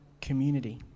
community